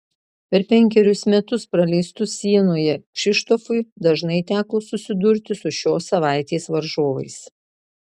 per penkerius metus praleistus sienoje kšištofui dažnai teko susidurti su šios savaitės varžovais